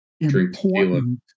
important